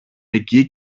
εκεί